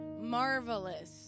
marvelous